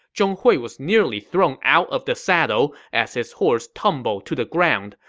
zhong hui was nearly thrown out of the saddle as his horse tumbled to the ground.